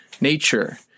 nature